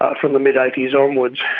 ah from the mid-eighties onwards.